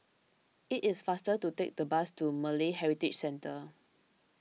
it is faster to take the bus to Malay Heritage Centre